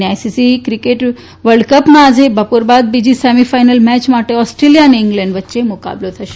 અને ICC cricket વર્લ્ડકપમાં આજે બપોર બાદ બીજી સેમીફાઈનલ મેય માટે ઓસ્ટ્રેલિયા અને ઈંગ્લેન્ડ વ ચ્યે મુકાબલો થશે